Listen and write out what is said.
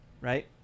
Right